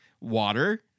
Water